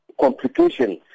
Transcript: complications